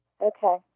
Okay